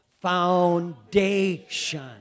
Foundation